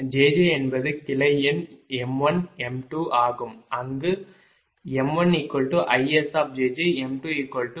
jj என்பது கிளை எண் m1m2 ஆகும் அங்கு m1ISjjm2IR